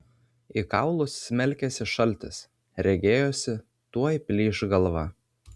į kaulus smelkėsi šaltis regėjosi tuoj plyš galva